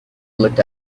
looked